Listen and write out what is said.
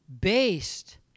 based